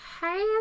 hey